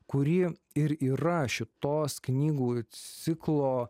kuri ir įrašė tos knygų ciklo